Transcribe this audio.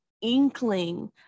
inkling